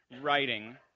writing